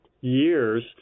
years